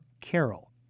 Carol